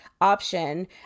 option